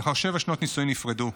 לאחר שבע שנות נישואים נפרדו.